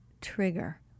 trigger